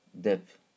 depth